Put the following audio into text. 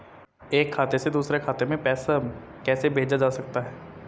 एक खाते से दूसरे खाते में पैसा कैसे भेजा जा सकता है?